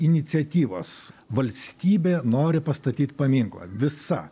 iniciatyvos valstybė nori pastatyt paminklą visa